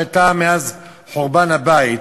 שהייתה מאז חורבן הבית,